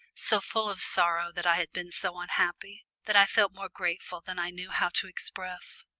so full of sorrow that i had been so unhappy, that i felt more grateful than i knew how to express.